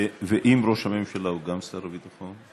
ואם ראש הממשלה הוא גם שר הביטחון?